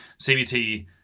CBT